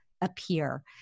Appear